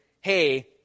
hey